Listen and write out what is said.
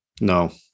No